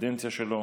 בקדנציה שלו